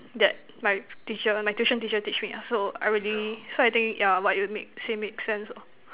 that my teacher my tuition teacher teach me ah so I really so I think yeah what you make say makes sense lor